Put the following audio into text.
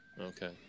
okay